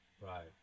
right